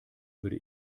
würde